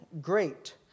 great